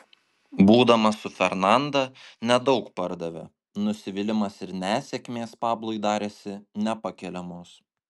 būdamas su fernanda nedaug pardavė nusivylimas ir nesėkmės pablui darėsi nepakeliamos